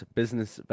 business